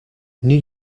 new